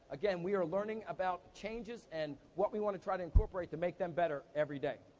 again, we are learning about changes and what we wanna try to incorporate to make them better everyday.